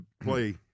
play